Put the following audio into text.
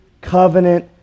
covenant